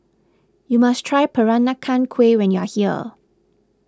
you must try Peranakan Kueh when you are here